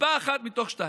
קצבה אחת מתוך שתיים.